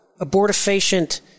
Abortifacient